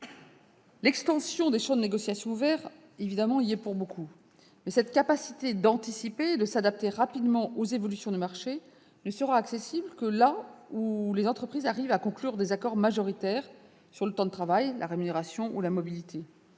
L'extension des champs de négociation ouverts contribuera à ce phénomène, mais cette capacité d'anticiper et de s'adapter rapidement aux évolutions du marché ne sera accessible que si les entreprises arrivent à conclure des accords majoritaires sur le temps de travail, la rémunération ou la mobilité.